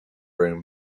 room